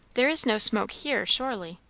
there is no smoke here, surely.